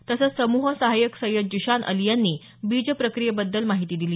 तसंच समूह सहाय्यक सय्यद जिशान अली यांनी बीज प्रक्रियेबद्दल माहिती दिली